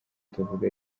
tuvuga